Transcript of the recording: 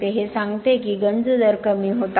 हे सांगते की गंज दर कमी होत आहे